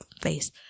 face